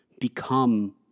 become